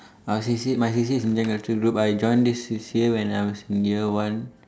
uh C_C_A my C_C_A is Indian culture group I join this C_C_A when I was in year one